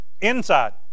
inside